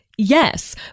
Yes